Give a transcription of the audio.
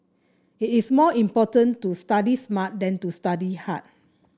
it is more important to study smart than to study hard